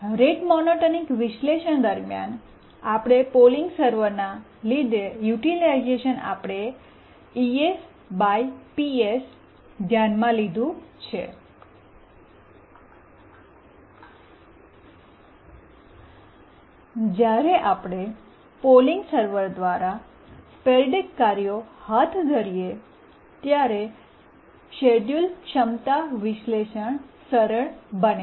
rate monotonic વિશ્લેષણ દરમિયાન આપણે પોલિંગ સર્વરના લીધે યુટીલાઈઝેશન આપણે ધ્યાનમાં લીધું છે જ્યારે આપણે પોલિંગ સર્વર દ્વારા સ્પોરૈડિક કાર્યો હાથ ધરીએ ત્યારે શેડ્યૂલ ક્ષમતા વિશ્લેષણ સરળ બને છે